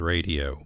Radio